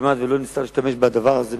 שכמעט ולא נצטרך להשתמש בדבר הזה,